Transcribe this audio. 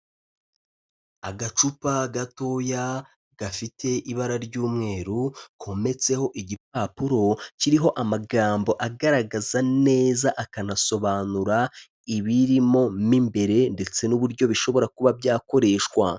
Agacupa gatoya gafite ibara ry'umweru kometseho igipapuro kiriho amagambo agaragaza neza akanasobanura ibirimo mo imbere ndetse n'uburyo bishobora kuba byakoreshwa.